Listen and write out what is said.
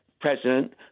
president